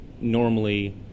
normally